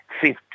fifth